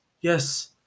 Yes